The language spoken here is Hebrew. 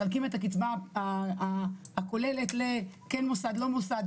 מחלקים את הקצבה הכוללת ל-כן מוסד/לא מוסד,